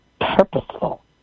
purposeful